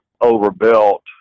overbuilt